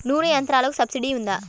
నూనె యంత్రాలకు సబ్సిడీ ఉందా?